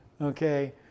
Okay